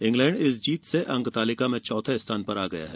England इस जीत से अंक तालिका में चौथे स्थान पर आ गया है